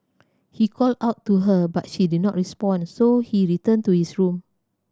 he called out to her but she did not respond so he returned to his room